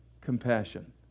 compassion